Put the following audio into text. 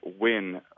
win